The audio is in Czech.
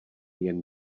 jen